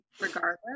regardless